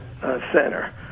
center